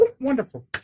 Wonderful